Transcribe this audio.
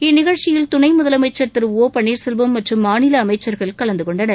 இந்நிகழ்ச்சியில் துணை முதலமைச்சர் திரு ஒ பள்ளீர்செல்வம் மற்றும் மாநில அமைச்சர்கள் கலந்துகொண்டனர்